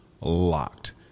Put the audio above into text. locked